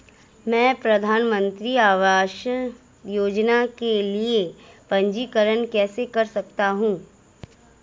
मैं प्रधानमंत्री आवास योजना के लिए पंजीकरण कैसे कर सकता हूं?